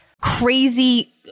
crazy